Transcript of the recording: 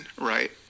right